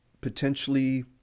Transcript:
potentially